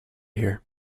here